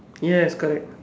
yes correct